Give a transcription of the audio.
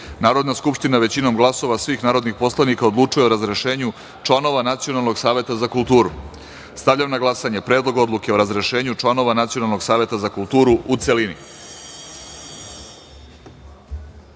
Narodna skupština većinom glasova svih narodnih poslanika odlučuje o razrešenju članova Nacionalnog saveta za kulturu. Stavljam na glasanje Predlog odluke o razrešenju članova Nacionalnog saveta za kulturu, u